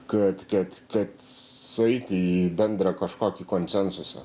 kad kad kad sueiti į bendrą kažkokį konsensusą